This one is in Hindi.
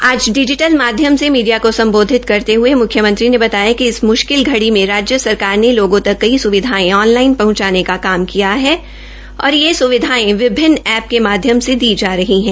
आज डिजीटल माध्यम से मीडिया को संबोधित करते हुए मुख्यमंत्री ने बताया कि इस मुश्किल घड़ी में राज्य सरकार ने लोगों तक कई सुविधाएं ऑनलाईन पहंचाने का काम किया है और ये सुविधाएं विभिन्न ऐ पेके माध्यम से दी जा रही हैं